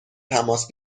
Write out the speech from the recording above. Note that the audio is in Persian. تماس